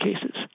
cases